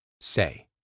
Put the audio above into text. say